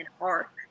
arc